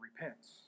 repents